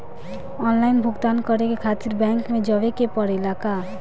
Online भुगतान करे के खातिर बैंक मे जवे के पड़ेला का?